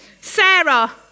Sarah